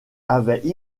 avait